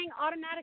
automatic